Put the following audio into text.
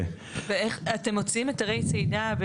אתם מוציאים היתרי צידה,